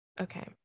Okay